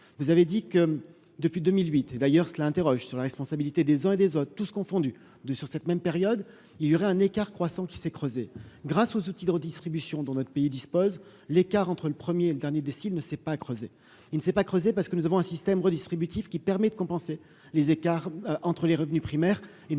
vous avez dit que depuis 2008 et d'ailleurs cela interroge sur la responsabilité des uns et des autres, tout ce confondu de sur cette même période, il y aurait un écart croissant qui s'est creusé grâce aux outils de redistribution dans notre pays dispose, l'écart entre le 1er et le dernier décile ne s'est pas creusé, il ne s'est pas creusé parce que nous avons un système redistributif qui permet de compenser les écarts entre les revenus primaires et nous